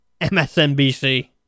MSNBC